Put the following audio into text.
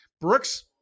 Brooks